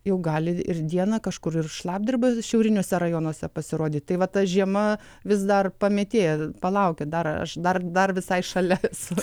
jau gali ir dieną kažkur ir šlapdriba šiauriniuose rajonuose pasirodyti tai va ta žiema vis dar pamėtėja palaukia dar aš dar dar visai šalia esu